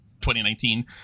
2019